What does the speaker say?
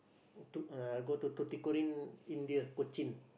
Tut~ uh go to Tuticorin India Cochin